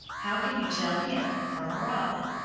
how can you tell him from a robin?